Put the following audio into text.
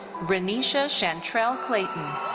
re'nisha shantrell clayton.